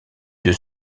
deux